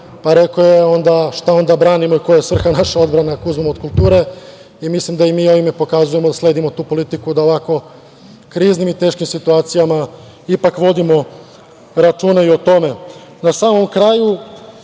rekao je onda – šta onda branimo i koja je svrha naše odbrane ako uzmemo od kulture. Mislim da mi ovim pokazujemo da sledimo tu politiku da u ovako kriznim i teškim situacijama ipak vodimo računa i o tome. Na